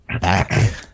back